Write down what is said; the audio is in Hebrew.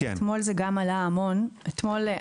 כי זה גם עלה המון אתמול.